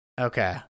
okay